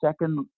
second